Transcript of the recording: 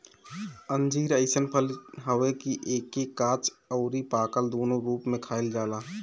अंजीर अइसन फल हवे कि एके काच अउरी पाकल दूनो रूप में खाइल जाला